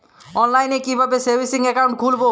অনলাইনে কিভাবে savings account খুলবো?